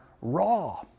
raw